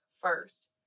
first